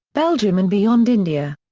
belgium and beyond india.